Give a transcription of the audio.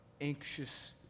anxious